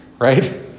right